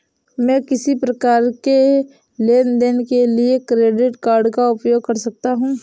मैं किस प्रकार के लेनदेन के लिए क्रेडिट कार्ड का उपयोग कर सकता हूं?